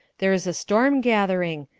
there is a storm gathering!